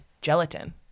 Gelatin